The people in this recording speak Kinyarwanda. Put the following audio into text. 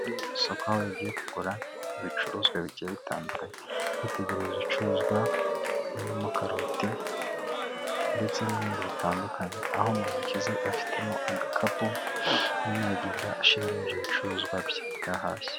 Aha ni mu isoko aho yagiye kugura ibicuruzwa bigiye bitandukanye, ari kwitegereza ibicuruzwa birimo karoti ndetse n'ibindi bitandukanye, aho mu ntoki ze afitemo agakapu arimo aragenda ashyiraramo ibyo ibicuruzwa bye yahashye.